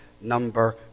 number